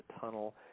tunnel